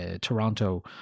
Toronto